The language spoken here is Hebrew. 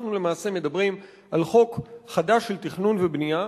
אנחנו למעשה מדברים על חוק חדש של תכנון ובנייה,